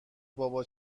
بابا